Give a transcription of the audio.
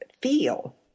feel